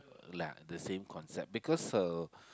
like the same concept because her